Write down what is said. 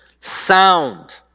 sound